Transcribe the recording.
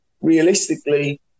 realistically